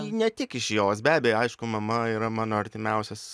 ne tik iš jos be abejo aišku mama yra mano artimiausias